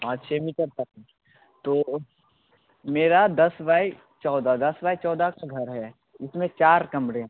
पाँच छ मीटर तक में तो मेरा दस बाय चौदह दस बाय चौदह का घर है इसमें चार कमरे